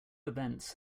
events